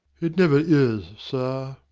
it never is, sir.